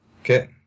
Okay